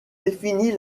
définit